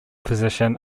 position